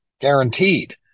guaranteed